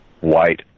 white